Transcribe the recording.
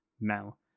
Mel